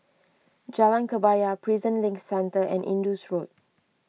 Jalan Kebaya Prison Link Centre and Indus Road